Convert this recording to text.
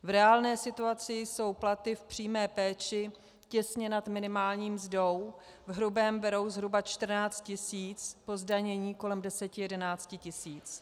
V reálné situaci jsou platy v přímé péči těsně nad minimální mzdou, v hrubém berou zhruba 14 tisíc, po zdanění kolem deseti jedenácti tisíc.